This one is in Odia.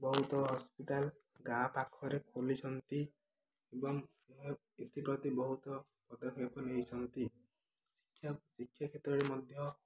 ବହୁତ ହସ୍ପିଟାଲ୍ ଗାଁ ପାଖରେ ଖୋଲିଛନ୍ତି ଏବଂ ଏଥିପ୍ରତି ବହୁତ ପଦକ୍ଷେପ ନେଇଛନ୍ତି ଶିକ୍ଷା ଶିକ୍ଷା କ୍ଷେତ୍ରରେ ମଧ୍ୟ